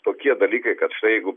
tokie dalykai kad štai jeigu